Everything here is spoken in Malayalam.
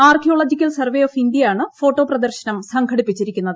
ആർക്കിയോളജിക്കൽ സർവ്വേ ഓഫ് ഇന്ത്യയാണ് ഫോട്ടോ പ്രദർശനം സംഘടിപ്പിച്ചിരിക്കുന്നത്